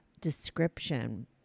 description